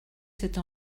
cette